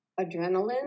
adrenaline